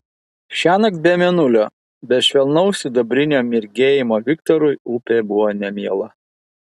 šiąnakt be mėnulio be švelnaus sidabrinio mirgėjimo viktorui upė buvo nemiela